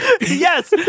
Yes